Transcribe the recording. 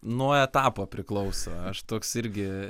nuo etapo priklauso aš toks irgi